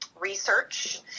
research